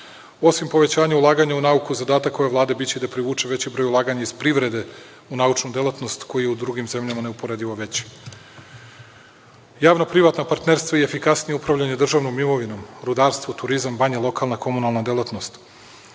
povećanja ulaganja u nauku, zadatak ove Vlade biće da privuče veći broj ulaganja iz privrede u naučnu delatnost koji je u drugim zemljama neuporedivo veća, javna-privatna partnerstva i efikasnije upravljanje državnom imovinom, rudarstvo, turizam, banje, lokalna komunalna delatnost. Proces